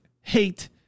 hate